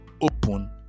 open